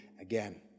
again